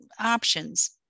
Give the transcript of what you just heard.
options